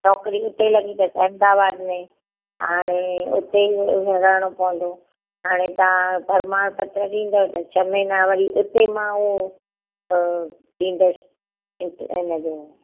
नौकिरी उते लॻी अथस अहमदाबाद में त हाणे उते ई रहिणो पवंदो हाणे तव्हां प्रमाण पत्र ॾींदव त छह महीना वरी उते मां उहो ॾींदसि इम्त ऐं इनजो